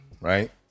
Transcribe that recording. right